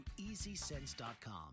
EasySense.com